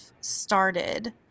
started